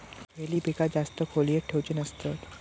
खयली पीका जास्त वेळ खोल्येत ठेवूचे नसतत?